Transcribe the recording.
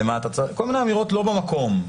וכל מיני אמירות לא במקום.